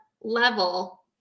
level